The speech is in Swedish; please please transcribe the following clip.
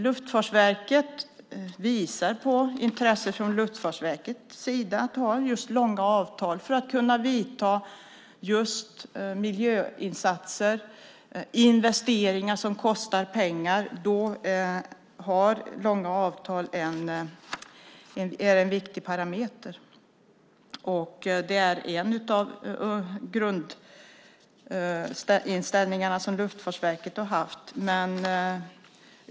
Det finns ett intresse från Luftfartsverket av långa avtal för att kunna vidta miljöinsatser och göra investeringar som kostar pengar. Där är långa avtal en viktig parameter. Det är en av grundinställningarna som Luftfartsverket har haft.